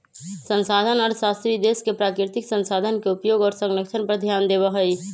संसाधन अर्थशास्त्री देश के प्राकृतिक संसाधन के उपयोग और संरक्षण पर ध्यान देवा हई